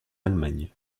allemagne